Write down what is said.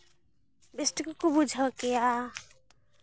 ᱵᱮᱥᱴᱷᱤᱠ ᱜᱮᱠᱚ ᱵᱩᱡᱷᱟᱹᱣ ᱠᱮᱭᱟ